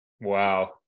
wow